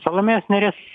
salomėjos nėries